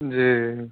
जे